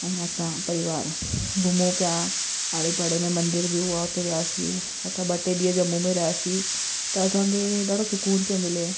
ऐं असां परिवार घुमूं पिया आड़े पाड़े में मंदर बि हुआ हुते वियासीं असां ॿ टे ॾींहुं जम्मू में रहियासीं त असांखे ॾाढो सुकून पियो मिले